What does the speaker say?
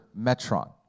metron